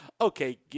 okay